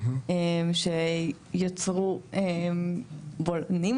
שיצרו בולענים,